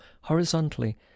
horizontally